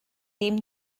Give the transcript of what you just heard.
ddim